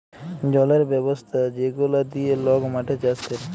জলের ব্যবস্থা যেগলা দিঁয়ে লক মাঠে চাষ ক্যরে